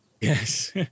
Yes